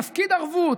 נפקיד ערבות,